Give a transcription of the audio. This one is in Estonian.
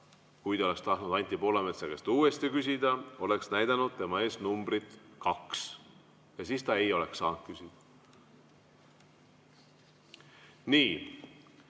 kui ta oleks tahtnud Anti Poolametsa käest uuesti küsida, oleks näidatud tema nime ees numbrit 2 ja siis ta ei oleks saanud küsida. Nii.